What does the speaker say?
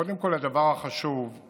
קודם כול, הדבר החשוב הוא